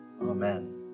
Amen